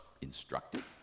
Instructed